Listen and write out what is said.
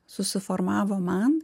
susiformavo man